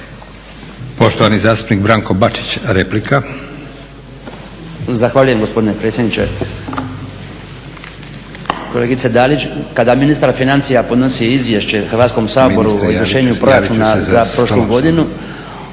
Poštovani zastupnik Branko Bačić, replika. **Bačić, Branko (HDZ)** Zahvaljujem gospodine predsjedniče. Kolegice Dalić kada ministar financija podnosi izvješće Hrvatskom saboru o izvršenju proračuna za prošlu godinu,